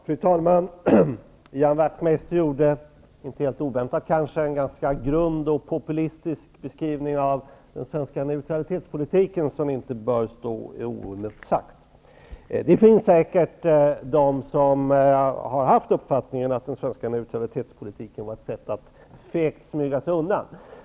Fru talman! Ian Wachtmeister gjorde, inte helt oväntat kanske, en ganska grund och populistisk beskrivning av den svenska neutralitetspolitiken som inte bör stå oemotsagd. Det finns säkert de som har haft uppfattningen att den svenska neutralitetspolitiken var ett sätt att fegt smyga sig undan.